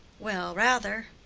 well, rather.